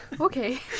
Okay